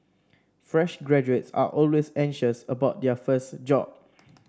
fresh graduates are always anxious about their first job